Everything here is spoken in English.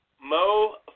Mo